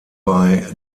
bei